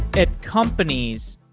at companies,